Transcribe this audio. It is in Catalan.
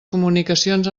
comunicacions